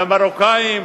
למרוקאים?